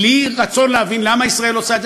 בלי רצון להבין למה ישראל עושה את זה?